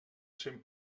cent